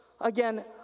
again